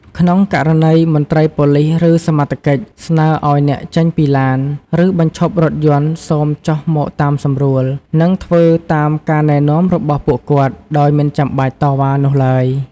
ក្នុងករណីមន្ត្រីប៉ូលិស ឬសមត្ថកិច្ច ស្នើឲ្យអ្នកចេញពីឡាន ឬបញ្ឈប់រថយន្ត សូមចុះមកតាមសម្រួល និងធ្វើតាមការណែនាំរបស់ពួកគាត់ដោយមិនចាំបាច់តវ៉ានោះឡើយ។